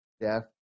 death